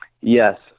Yes